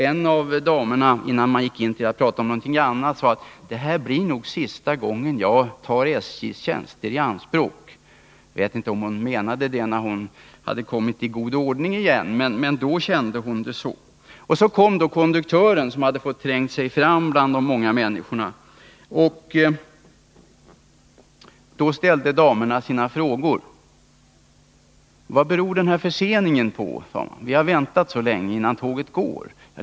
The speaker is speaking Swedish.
En av damerna sade, innan de övergick till att tala om någonting annat: Det här blir nog sista gången jag tar SJ:s tjänster i anspråk. Jag vet inte om hon höll fast vid det när hon hade kommit i god ordning igen, men då kände hon det så. Så kom konduktören, som hade fått tränga sig fram bland de många människorna, och då ställde damerna sina frågor: — Vad beror den här förseningen på? frågade de. Vi har väntat så länge innan tåget gick.